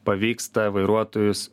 pavyksta vairuotojus